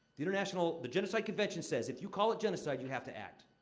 the international the genocide convention says, if you call it genocide, you have to act.